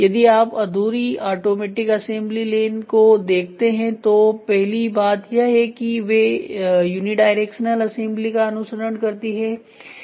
यदि आप अधूरी ऑटोमेटिक असेंबली लेन को देखते हैं तो पहली बात यह है कि वे यूनिडायरेक्शनल असेंबली का अनुसरण करती है